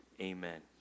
Amen